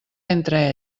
entre